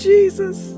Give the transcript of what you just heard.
Jesus